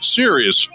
serious